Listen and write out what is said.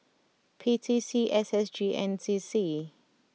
P T C S S G and N C C